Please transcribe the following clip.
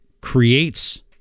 creates